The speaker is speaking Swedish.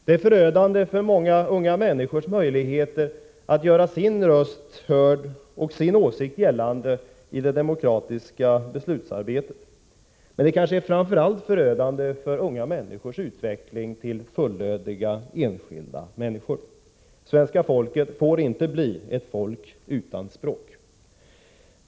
Det är förödande för många unga människors möjligheter att göra sin röst hörd och sin åsikt gällande i det demokratiska beslutsarbetet. Men det är förödande kanske framför allt för unga människors utveckling till fullödiga enskilda människor. Svenska folket får inte bli ett folk utan språk.